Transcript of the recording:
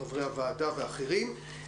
חברי הוועדה ואחרים,